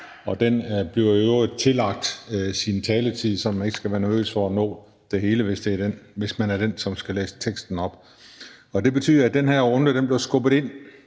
taletid bliver i øvrigt lagt til ens taletid, så man ikke skal være nervøs for ikke at nå det hele, hvis man er den, som skal læse teksten op. Det betød, at den her runde blev skubbet ind